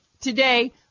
Today